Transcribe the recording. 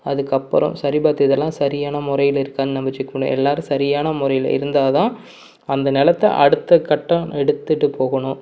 அதுக்கப்பறம் சரி பார்த்து இதெல்லாம் சரியான முறையில இருக்கான்னு நம்ம செக் பண்ணணும் எல்லோரும் சரியான முறையில இருந்தால்தான் அந்த நிலத்த அடுத்த கட்டம் எடுத்துட்டு போகணும்